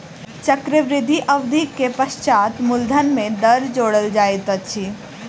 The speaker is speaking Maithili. चक्रवृद्धि अवधि के पश्चात मूलधन में दर जोड़ल जाइत अछि